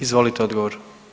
Izvolite odgovor.